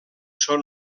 són